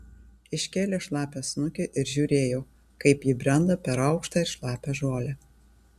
iškėlė šlapią snukį ir žiūrėjo kaip ji brenda per aukštą ir šlapią žolę